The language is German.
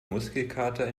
muskelkater